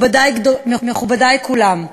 מכובדי כולם,